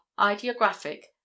ideographic